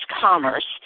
commerce